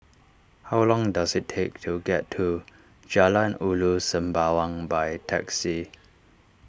how long does it take to get to Jalan Ulu Sembawang by taxi